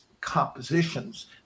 compositions